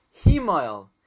Himal